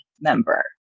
member